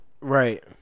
Right